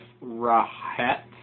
Rahat